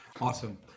Awesome